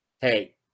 Hey